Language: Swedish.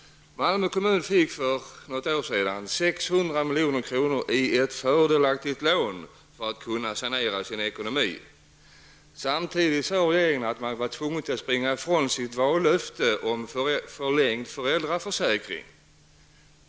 Malmö kommun fick för några år sedan 600 milj.kr. som fördelaktigt lån för att kunna sanera sin ekonomi. Samtidigt såg sig regeringen tvungen att springa ifrån sitt vallöfte om förlängd föräldraförsäkring.